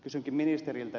kysynkin ministeriltä